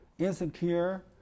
insecure